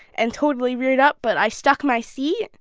and totally reared up. but i stuck my seat,